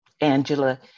Angela